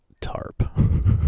tarp